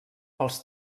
els